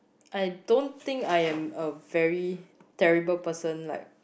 I don't think I am a very terrible person like